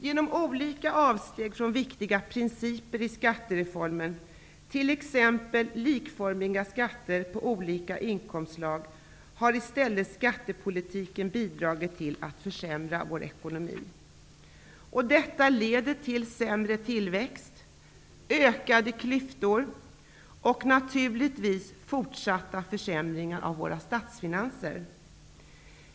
Genom olika avsteg från viktiga principer i skattereformen, t.ex. likformiga skatter på olika inkomstslag, har i stället skattepolitiken bidragit till att försämra ekonomin. Detta leder till sämre tillväxt, ökade klyftor och naturligtvis fortsatta försämringar av statsfinanserna.